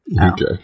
Okay